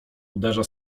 uderza